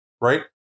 right